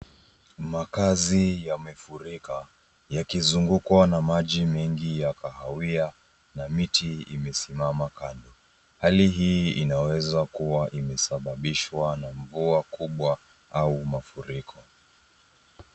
Makazi yamefurika yakizungukwa na maji mengi ya kahawia na miti imesimama kando. Hali hii inaweza kuwa imesababisha na mvua kubwa au mafuriko.